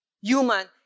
human